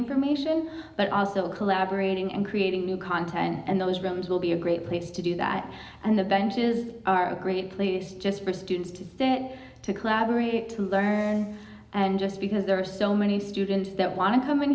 information but are still collaborating and creating new content and those rooms will be a great place to do that and avengers are a great place just for students to get to collaborate to learn and just because there are so many students that want to come in